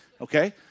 Okay